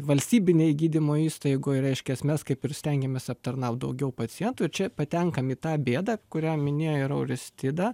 valstybinėj gydymo įstaigoj reiškias mes kaip ir stengiamės aptarnaut daugiau pacientų ir čia patenkam į tą bėdą kurią minėjo ir auristida